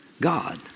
God